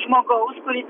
žmogaus kuris